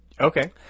Okay